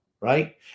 right